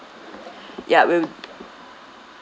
ya we w~